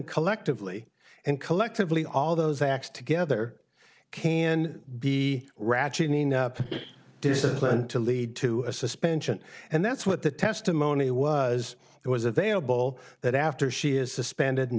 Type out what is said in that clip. collectively and collectively all those acts together can be ratcheting up discipline to lead to a suspension and that's what the testimony was it was available that after she is suspended and